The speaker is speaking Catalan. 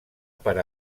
per